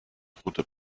router